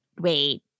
wait